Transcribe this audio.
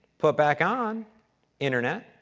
put back on internet,